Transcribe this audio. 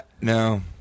No